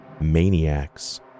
maniacs